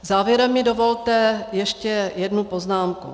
Závěrem mi dovolte ještě jednu poznámku.